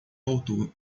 alto